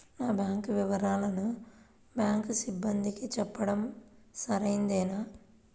నా బ్యాంకు వివరాలను బ్యాంకు సిబ్బందికి చెప్పడం సరైందేనా?